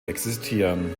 existieren